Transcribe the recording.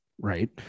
right